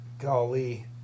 Golly